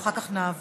ואחר כך נעבור